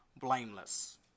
blameless